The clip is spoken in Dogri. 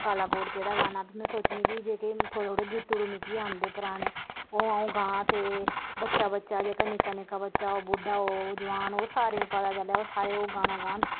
काला कोट केह्ड़ा गाना में सोचनी कि जेह्के थोह्ड़े थोह्ड़े गित्तड़ू मिगी आंदे पराने ओह् अ'ऊं गांऽ ते बच्चा बच्चा जेह्का निक्का निक्का बच्चा होग बुड्ढा होग जोआन होग सारें ई पता चलै सारे ओह् गाना गान